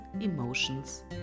emotions